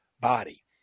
body